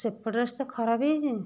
ସେପଟ ରାସ୍ତା ଖରାପ୍ ହେଇଛି